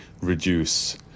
reduce